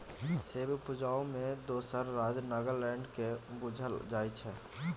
सेब उपजाबै मे दोसर राज्य नागालैंड केँ बुझल जाइ छै